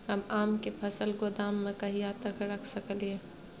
हम आम के फल गोदाम में कहिया तक रख सकलियै?